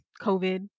COVID